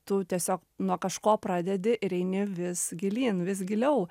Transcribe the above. tu tiesiog nuo kažko pradedi ir eini vis gilyn vis giliau